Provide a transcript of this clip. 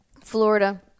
Florida